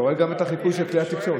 אתה רואה גם את החיפוי של כלי התקשורת.